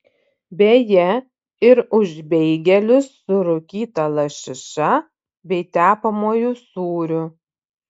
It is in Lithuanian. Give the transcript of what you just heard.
beje ir už beigelius su rūkyta lašiša bei tepamuoju sūriu